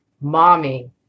mommy